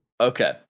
Okay